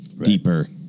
deeper